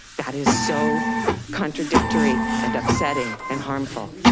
that is so contradictory and upsetting and harmful.